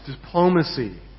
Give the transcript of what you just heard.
diplomacy